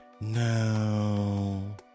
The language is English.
no